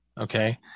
Okay